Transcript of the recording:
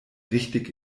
richtig